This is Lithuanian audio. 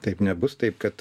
taip nebus taip kad